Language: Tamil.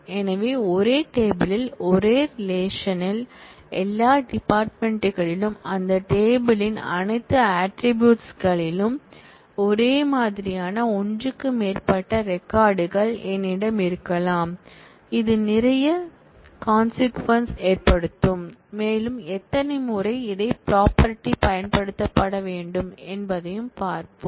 எனவே ஒரே டேபிள் யில் ஒரே ரிலேஷன்ல் எல்லா டிபார்ட்மென்ட் களிலும் அந்த டேபிள் யின் அனைத்து ஆட்ரிபூட்ஸ் களிலும் ஒரே மாதிரியான ஒன்றுக்கு மேற்பட்ட ரெக்கார்ட் கள் என்னிடம் இருக்கலாம் இது நிறைய கன்ஷிக்குவென்சஸ் ஏற்படுத்தும் மேலும் எத்தனை முறை இந்த ப்ராப்பர்டி பயன்படுத்தப்பட வேண்டும் எனபார்ப்போம்